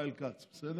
לישראל כץ, בסדר?